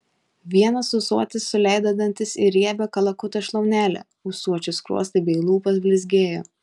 vienas ūsuotis suleido dantis į riebią kalakuto šlaunelę ūsuočio skruostai bei lūpos blizgėjo